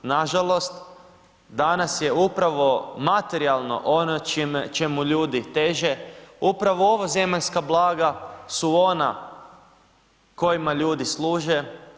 Nažalost, danas je upravo materijalno ono čemu ljudi teže, upravo ovozemaljska blaga su ona kojima ljudi služe.